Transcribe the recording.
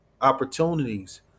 opportunities